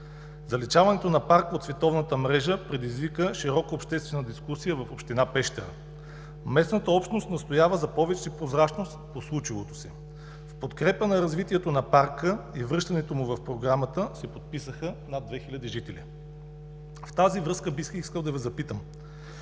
Заличаването на парка от световната мрежа предизвика широка обществена дискусия в Община Пещера. Местната общност настоява за повече прозрачност по случилото се. В подкрепа на развитието на Парка и връщането му в Програмата се подписаха над 2000 жители. В тази връзка бих искал да Ви запитам: